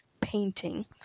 painting